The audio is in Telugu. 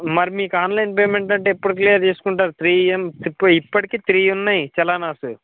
మరి మీకు ఆన్లైన్ పేమెంట్ అంటే ఎప్పుడు క్లియర్ తీసుకుంటారు త్రీ ఇఎమ్ ఇప్పటికే త్రీ ఉన్నాయి చలనాసు